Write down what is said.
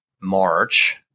March